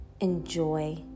enjoy